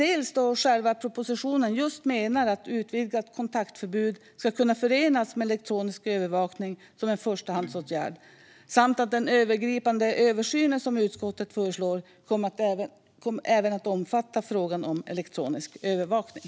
I propositionen menar man just att utvidgat kontaktförbud ska kunna förenas med elektronisk övervakning som en förstahandsåtgärd. Och den övergripande översynen, som utskottet föreslår, kommer även att omfatta frågan om elektronisk övervakning.